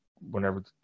whenever